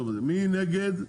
מי נגד?